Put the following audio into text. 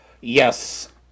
Yes